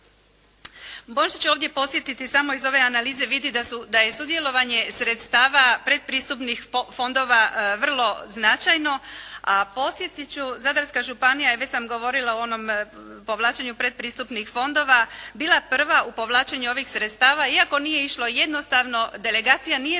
Možda ću ovdje podsjetiti samo iz ove analize vidi da je sudjelovanje sredstava predpristupnih fondova vrlo značajno, a podsjetit ću Zadarska županija je, već sam govorila o onom povlačenju predpristupnih fondova, bila prva u povlačenju ovih sredstava iako nije išlo jednostavno, delegacija nije